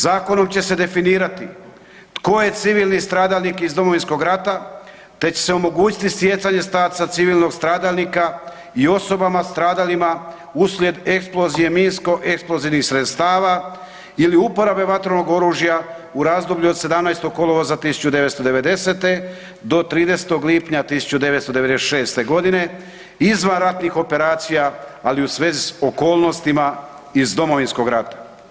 Zakonom će se definirati tko je civilni stradalnik iz Domovinskog rata te će se omogućiti stjecanje statusa civilnog stradalnika i osobama stradalima uslijed eksplozije minsko-eksplozivnih sredstava ili uporabe vatrenog oružja u razdoblju od 17. kolovoza 1990. do 13. lipnja 1996. g. izvan ratnih operacija ali u svezi s okolnostima iz Domovinskog rata.